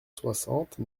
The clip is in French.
soixante